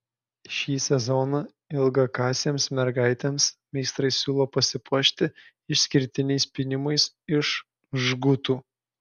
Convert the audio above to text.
šį sezoną ilgakasėms mergaitėms meistrai siūlo pasipuošti išskirtiniais pynimais iš žgutų